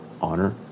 honor